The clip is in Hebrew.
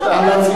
אחר כך אתה